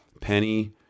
penny